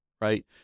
right